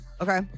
Okay